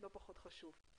לא פחות חשוב.